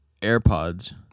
AirPods